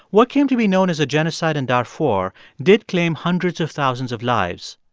what came to be known as a genocide in darfur did claim hundreds of thousands of lives,